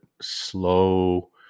slow